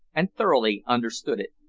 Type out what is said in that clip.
and thoroughly understood it.